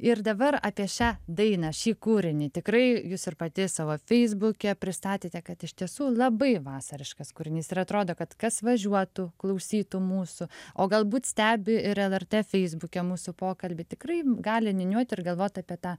ir dabar apie šią dainą šį kūrinį tikrai jūs ir pati savo feisbuke pristatėte kad iš tiesų labai vasariškas kūrinys ir atrodo kad kas važiuotų klausytų mūsų o galbūt stebi ir lrt feisbuke mūsų pokalbį tikrai gali niūniuot ir galvot apie tą